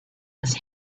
his